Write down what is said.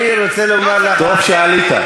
אני רוצה לומר לך, לא צריך, טוב שעלית.